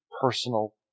personal